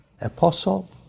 Apostle